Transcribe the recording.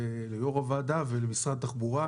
ליושב-ראש הוועדה ולמשרד התחבורה.